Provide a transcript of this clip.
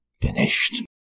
finished